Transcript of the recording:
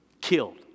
Killed